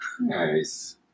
Nice